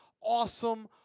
awesome